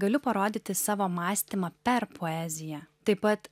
galiu parodyti savo mąstymą per poeziją taip pat